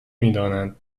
میدانند